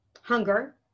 hunger